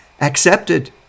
accepted